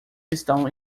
estão